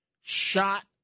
shot